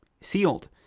sealed